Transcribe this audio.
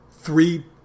three